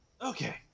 Okay